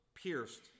pierced